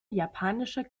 japanischer